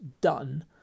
done